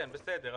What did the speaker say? כן, בסדר.